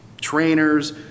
trainers